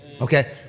okay